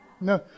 No